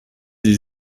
sie